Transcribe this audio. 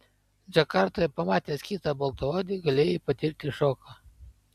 džakartoje pamatęs kitą baltaodį galėjai patirti šoką